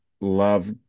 Love